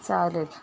चालेल